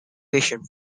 fission